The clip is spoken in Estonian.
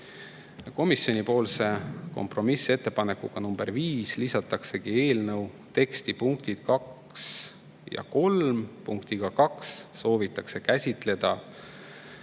Komisjoni kompromissettepanekuga nr 5 lisatakse eelnõu teksti punktid 2 ja 3. Punktiga 2 soovitakse käsitleda